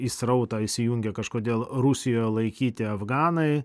į srautą įsijungia kažkodėl rusijoje laikyti afganai